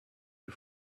you